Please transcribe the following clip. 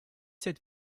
sept